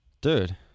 dude